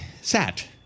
sat